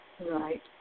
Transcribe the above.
Right